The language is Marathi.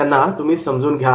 त्यांना समजून घ्या